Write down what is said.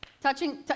Touching